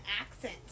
accent